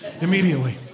immediately